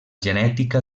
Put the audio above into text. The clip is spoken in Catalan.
genètica